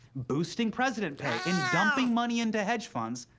boosting president pay, and dumping money into hedge funds,